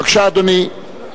בבקשה, אדוני.